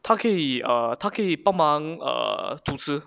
她可以她可以帮忙主持